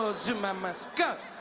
zuma must go!